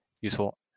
useful